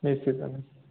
ନିଶ୍ଚିତ ଭାଇ